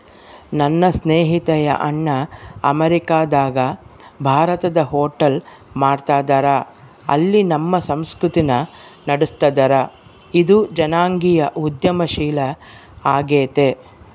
ನನ್ನ ಸ್ನೇಹಿತೆಯ ಅಣ್ಣ ಅಮೇರಿಕಾದಗ ಭಾರತದ ಹೋಟೆಲ್ ಮಾಡ್ತದರ, ಅಲ್ಲಿ ನಮ್ಮ ಸಂಸ್ಕೃತಿನ ನಡುಸ್ತದರ, ಇದು ಜನಾಂಗೀಯ ಉದ್ಯಮಶೀಲ ಆಗೆತೆ